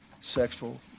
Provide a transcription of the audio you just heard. sexual